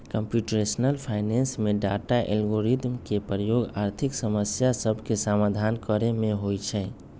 computational finance में data, algorithm के प्रयोग आर्थिक समस्या सभके समाधान करे में होइ छै